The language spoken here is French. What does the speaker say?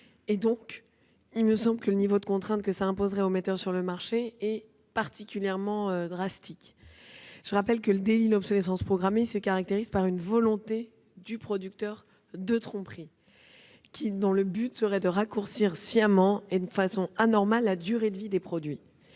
Il me semble que le niveau de contrainte que cela créerait pour les metteurs sur le marché serait particulièrement drastique. Je tiens à rappeler que le délit d'obsolescence programmée se caractérise par une volonté de tromperie du producteur, dont le but serait de raccourcir sciemment et de façon anormale la durée de vie des produits.